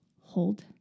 hold